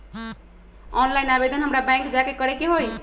Online आवेदन हमरा bank जाके करे के होई?